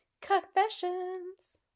Confessions